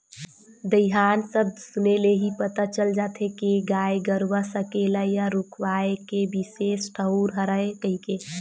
दईहान सब्द सुने ले ही पता चल जाथे के गाय गरूवा सकेला या रूकवाए के बिसेस ठउर हरय कहिके